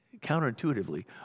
counterintuitively